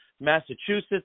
Massachusetts